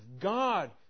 God